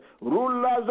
rulers